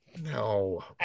no